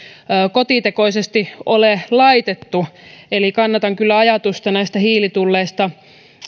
kotitekoisesti ole laitettu eli kannatan kyllä ajatusta näistä hiilitulleista